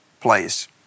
place